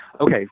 okay